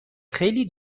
خیلی